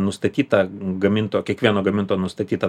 nustatyta gaminto kiekvieno gamintojo nustatyta